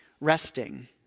resting